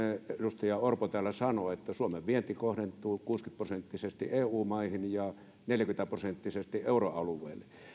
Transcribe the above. edustaja orpo täällä sanoi että suomen vienti kohdentuu kuusikymmentä prosenttisesti eu maihin ja neljäkymmentä prosenttisesti euroalueelle joten